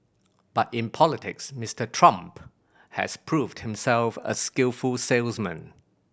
but in politics Mister Trump has proved himself a skillful salesman